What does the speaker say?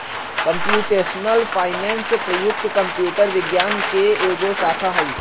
computational finance प्रयुक्त computer विज्ञान के एगो शाखा हइ